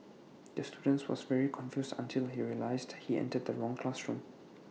the student was very confused until he realised he entered the wrong classroom